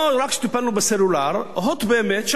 לא רק שטיפלנו בסלולר, "הוט" באמת שערורייה,